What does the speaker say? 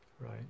right